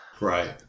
Right